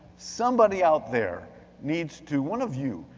somebody out there needs to, one of you,